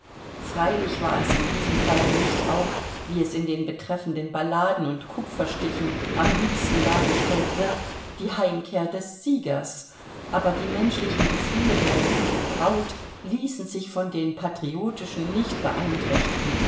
freilich war es in diesem falle nicht auch wie es in den betreffenden balladen und kupferstichen am liebsten dargestellt wird die heimkehr des siegers aber die menschlichen gefühle der liebenden braut ließen sich von den patriotischen nicht beeinträchtigen